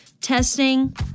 Testing